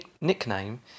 nickname